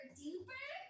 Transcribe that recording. duper